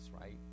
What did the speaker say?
right